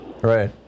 right